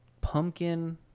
pumpkin